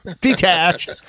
Detached